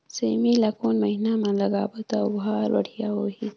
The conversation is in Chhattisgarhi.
सेमी ला कोन महीना मा लगाबो ता ओहार बढ़िया होही?